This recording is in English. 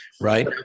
Right